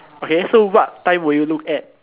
okay so what time would you look at